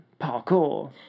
parkour